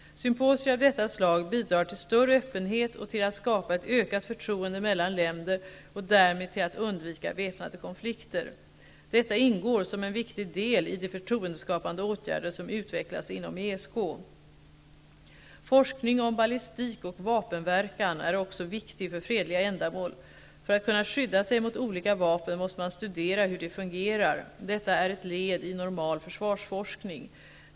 Symposier av detta slag bidrar till större öppenhet och till att skapa ett ökat förtroende mellan länder och därmed till att undvika väpnade konflikter. Detta ingår som en viktig del i de förtroendeskapande åtgärder som utvecklats inom Forskning om ballistik och vapenverkan är också viktig för fredliga ändamål. För att kunna skydda sig mot olika vapen måste man studera hur de fungerar. Detta är ett led i normal försvarsforskning.